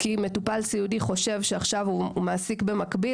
מטופל סיעודי חושב שאם עכשיו הוא מעסיק במקביל